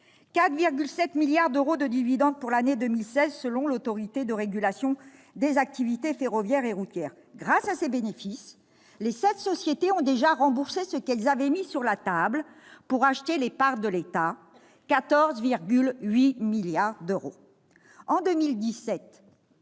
4,7 milliards d'euros de dividendes pour l'année 2016, selon l'Autorité de régulation des activités ferroviaires et routières, l'Arafer. Grâce à ces bénéfices, les sept sociétés ont déjà remboursé ce qu'elles avaient mis sur la table pour acheter les parts de l'État : 14,8 milliards d'euros.